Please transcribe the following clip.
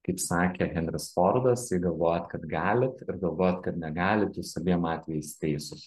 kaip sakė henris fordas jei galvojat kad galit ir galvojat kad negalit jūs abiem atvejais teisūs